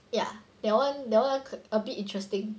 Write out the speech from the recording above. ya that one that one a bit interesting